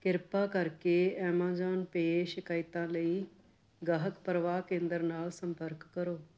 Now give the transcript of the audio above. ਕਿਰਪਾ ਕਰਕੇ ਐਮਾਜ਼ੋਨ ਪੇ ਸ਼ਿਕਾਇਤਾਂ ਲਈ ਗਾਹਕ ਪਰਵਾਹ ਕੇਂਦਰ ਨਾਲ ਸੰਪਰਕ ਕਰੋ